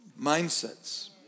mindsets